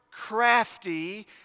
crafty